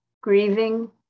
grieving